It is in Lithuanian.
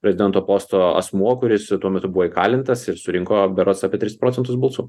prezidento posto asmuo kuris tuo metu buvo įkalintas ir surinko berods apie tris procentus balsų